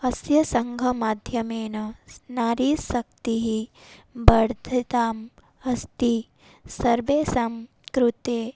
अस्य सङ्घमाध्यमेन नारीशक्तिः वर्धिता अस्ति सर्वेषां कृते